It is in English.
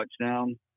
touchdown